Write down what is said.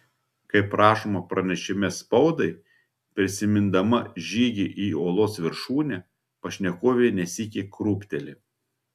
kaip rašoma pranešime spaudai prisimindama žygį į uolos viršūnę pašnekovė ne sykį krūpteli